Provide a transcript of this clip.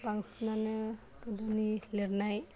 बांसिनानो गोदोनि लिरनाय